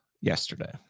yesterday